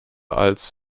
als